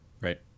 right